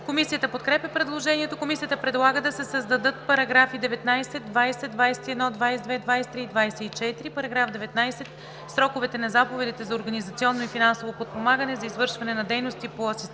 Комисията подкрепя предложението. Комисията предлага да се създадат параграфи 19, 20, 21, 22, 23 и 24: „§ 19. Сроковете на заповедите за организационно и финансово подпомагане за извършване на дейности по асистирана